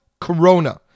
Corona